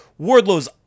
Wardlow's